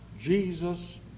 Jesus